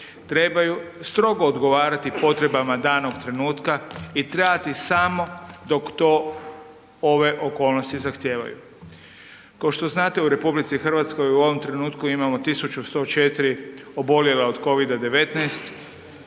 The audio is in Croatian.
trebaju strogo odgovarati potrebama danog trenutka i trajati samo dok to ove okolnosti zahtijevaju. Kao što znate u RH u ovom trenutku imamo 1104 oboljela od Covida-19,